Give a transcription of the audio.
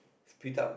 speed up